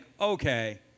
okay